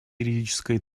юридической